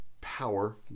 power